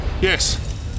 Yes